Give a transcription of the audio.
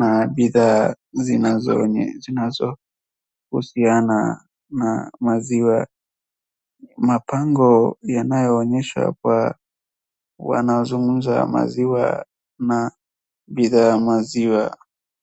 na bidhaa zinzohusiana na maziwa, mabango yanayoonyesha hapa wanazungumza maziwa na bidhaa ya maziwa.